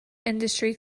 industry